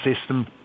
system